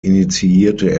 initiierte